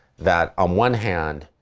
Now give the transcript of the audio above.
that on one hand,